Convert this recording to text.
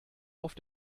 auf